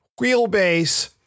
wheelbase